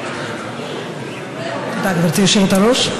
תודה, גברתי היושבת-ראש.